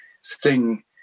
Sting